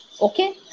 Okay